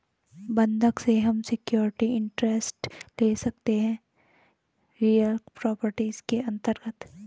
बंधक से हम सिक्योरिटी इंटरेस्ट ले सकते है रियल प्रॉपर्टीज के अंतर्गत